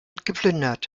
geplündert